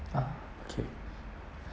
ah okay